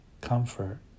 comfort